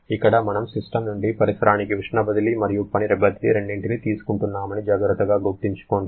ఇక్కడ మనము సిస్టమ్ నుండి పరిసరానికి ఉష్ణ బదిలీ మరియు పని బదిలీ రెండింటినీ తీసుకుంటున్నామని జాగ్రత్తగా గుర్తుంచుకోండి